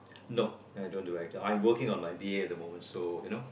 nope I don't do it I'm working on my B_A at the moment so you know